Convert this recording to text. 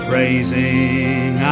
praising